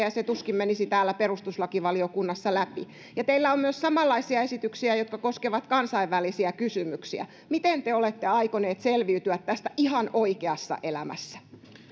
ja se tuskin menisi täällä perustuslakivaliokunnassa läpi teillä on myös samanlaisia esityksiä jotka koskevat kansainvälisiä kysymyksiä miten te olette aikoneet selviytyä tästä ihan oikeassa elämässä kun